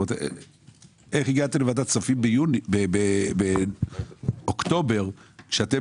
איך הגעתם לוועדת הכספים באוקטובר כשאתם